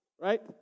right